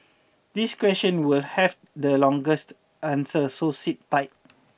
this question will have the longest answer so sit tight